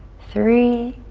three,